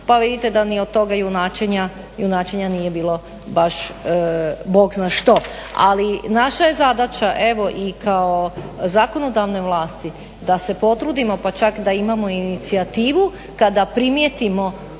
pa vidite da ni od toga junačenja nije bilo baš Bog zna što. Ali, naša je zadaća evo i kao zakonodavne vlasti da se potrudimo pa čak da imamo i inicijativu kada primijetimo